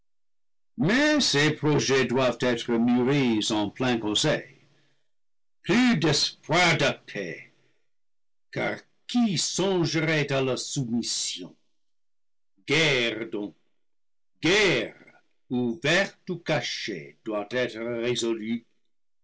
mais ces projets doivent être mûris en plein conseil plus d'espoir de paix car qui songerait à la soumission guerre donc guerre ouverte ou cachée doit être résolue